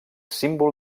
símbol